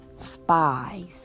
Spies